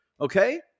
okay